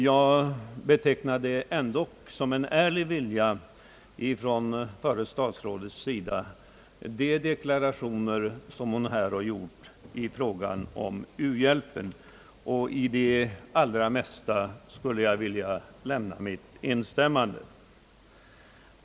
Jag betecknar ändå de deklarationer som det f. d. statsrådet gjort i fråga om u-hjälpen såsom tecken på en ärlig vilja, och jag skulle på många punkter vilja lämna mitt instämmande.